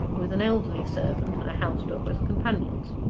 with an elderly servant and a house-dog as companions.